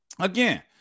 Again